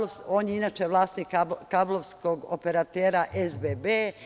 On je, inače, vlasnik kablovskog operatera SBB.